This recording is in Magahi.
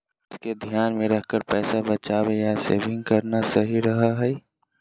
भविष्य के ध्यान मे रखकर पैसा बचावे या सेविंग करना सही रहो हय